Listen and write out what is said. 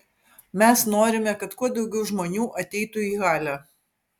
mes norime kad kuo daugiau žmonių ateitų į halę